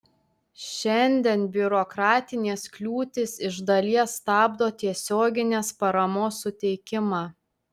šiandien biurokratinės kliūtys iš dalies stabdo tiesioginės paramos suteikimą